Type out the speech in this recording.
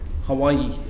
Hawaii